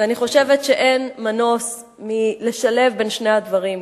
אני חושבת שאין מנוס מלשלב בין שני הדברים,